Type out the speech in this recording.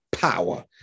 power